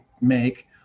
make